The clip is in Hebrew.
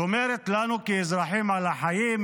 היא שומרת לנו כאזרחים על החיים,